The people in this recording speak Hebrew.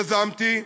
יזמתי,